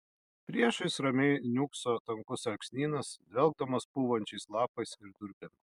priešais ramiai niūkso tankus alksnynas dvelkdamas pūvančiais lapais ir durpėm